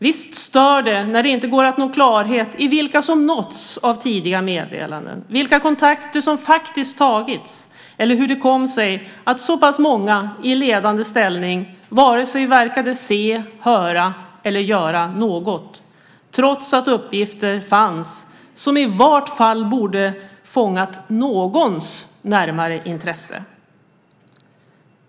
Visst stör det när det inte går att få klarhet i vilka som nåtts av tidiga meddelanden, vilka kontakter som faktiskt tagits eller hur det kom sig att så pass många i ledande ställning verkade vare sig se, höra eller göra något, trots att uppgifter fanns som i vart fall borde ha fångat någons närmare intresse.